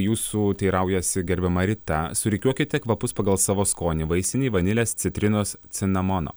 jūsų teiraujasi gerbiama rita surikiuokite kvapus pagal savo skonį vaisiniai vanilės citrinos cinamono